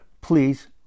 please